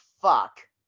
fuck